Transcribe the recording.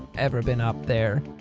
ever been up there?